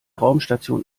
raumstation